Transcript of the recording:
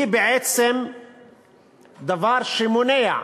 היא בעצם דבר שמונע,